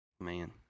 man